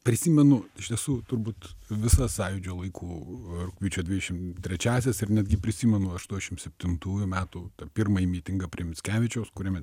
prisimenu iš tiesų turbūt visą sąjūdžio laikų rugpjūčio dvidešim trečiasias ir netgi prisimenu aštuoniasdešim septintųjų metų tą pirmąjį mitingą prie mickevičiaus kuriame